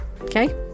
Okay